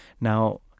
now